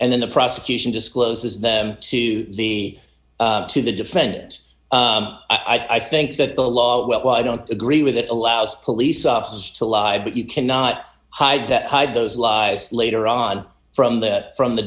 and then the prosecution discloses them to the to the defense i think that the law well i don't agree with it allows police officers to lie but you cannot hide that hide those lies later on from the from the